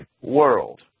world